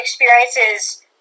experiences